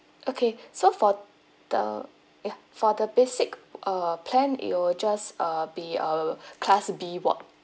okay so for the ya for the basic err plan it will just uh be a class B ward